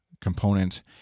component